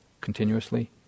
continuously